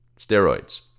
Steroids